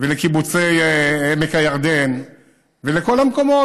לקיבוצי עמק הירדן ולכל המקומות,